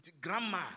grandma